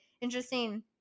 interesting